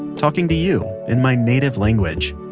talking to you, in my native language.